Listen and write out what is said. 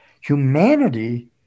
Humanity